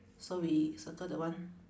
so we circle that one